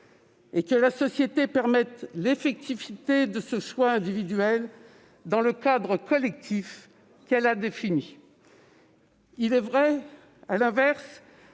et qu'elle permette l'effectivité de ce choix individuel dans le cadre collectif qu'elle a défini. À l'inverse,